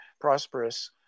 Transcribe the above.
prosperous